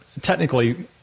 technically